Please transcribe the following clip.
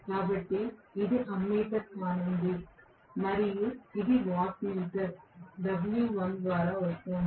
కాబట్టి ఇది అమ్మీటర్ కానుంది మరియు ఇది వాట్ మీటర్ W1 ద్వారా వస్తోంది